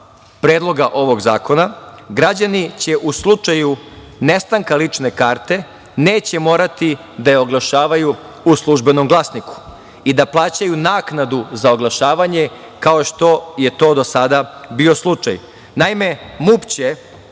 Predloga ovog zakona građani će u slučaju nestanka lične karte neće morati da je oglašavaju u „Službenom glasniku“ i da plaćaju naknadu za oglašavanje kao što je to do sada bilo slučaj. Naime, MUP će